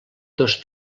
dos